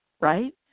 right